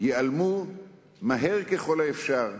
ייעלמו מהר ככל האפשר מעולמנו.